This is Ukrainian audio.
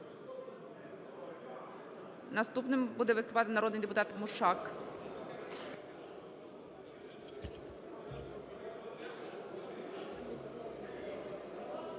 Наступним буде виступати народний депутат Мушак.